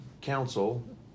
council